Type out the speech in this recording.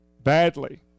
Badly